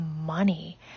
money